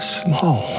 small